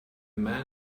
man